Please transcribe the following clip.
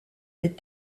des